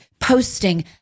Posting